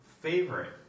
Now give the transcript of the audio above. favorite